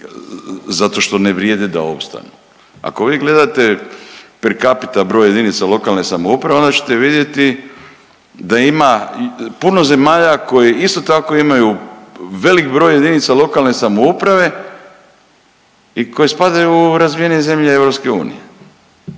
zato što ne vrijede da opstanu. Ako vi gledate per capita broj jedinica lokalne samouprave onda ćete vidjeti da ima puno zemalja koji isto tako imaju velik broj jedinica lokalne samouprave i koji spadaju u razvijenije zemlje EU.